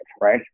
right